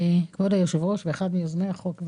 כבוד היושב ראש ואחד מיוזמי החוק,